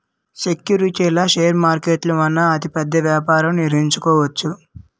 సెక్యూరిటీలు షేర్ మార్కెట్ల వలన అతిపెద్ద వ్యాపారం నిర్వహించవచ్చు